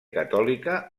catòlica